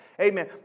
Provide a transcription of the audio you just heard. Amen